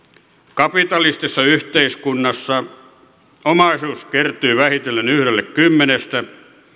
kapitalistisessa yhteiskunnassa omaisuus kertyy vähitellen yhdelle kymmenestä